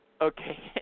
Okay